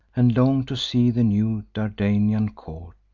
and long to see the new dardanian court.